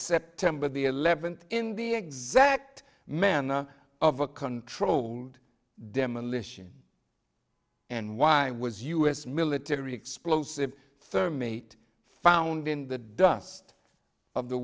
september the eleventh in the exact manner of a controlled demolition and why was us military explosive therm meet found in the dust of the